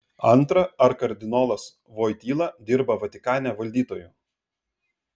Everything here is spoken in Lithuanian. antra ar kardinolas voityla dirba vatikane valdytoju